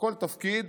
לכל תפקיד,